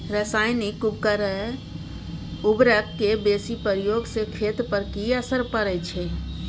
रसायनिक उर्वरक के बेसी प्रयोग से खेत पर की असर परै छै?